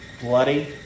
bloody